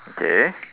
okay